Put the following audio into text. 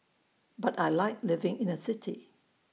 but I Like living in A city